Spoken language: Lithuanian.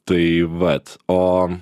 tai vat o